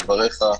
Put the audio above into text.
לדבריך.